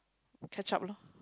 catch up lor